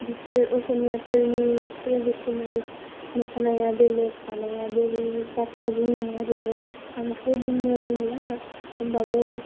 बिसोर असमियाफोरनि ट्रेडिशनेल मोसानाया बेलेग जानाया बेगेग बाथ्रा बुंनाया बेलेग आंथ' बुंनो रोंला होमबाबो